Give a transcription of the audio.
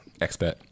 Expert